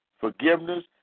forgiveness